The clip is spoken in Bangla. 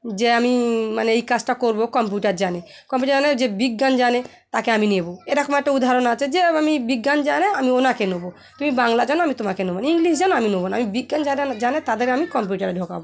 যে আমি মানে এই কাজটা করব কম্পিউটার জানে কম্পিউটার জানে যে বিজ্ঞান জানে তাকে আমি নেব এরকম একটা উদাহরণ আছে যে আমি বিজ্ঞান জানে আমি ওনাকে নেব তুমি বাংলা জানো আমি তোমাকে নেব না ইংলিশ জানো আমি নেব না আমি বিজ্ঞান যারা জানে তাদেরকে আমি কম্পিউটারে ঢোকাব